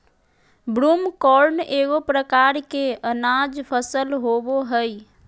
broomcorn एगो प्रकार के अनाज फसल होबो हइ